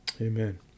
Amen